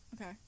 Okay